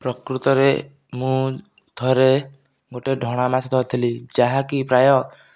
ପ୍ରକୃତରେ ମୁଁ ଥରେ ଗୋଟିଏ ଢଣାମାଛ ଧରିଥିଲି ଯାହା କି ପ୍ରାୟ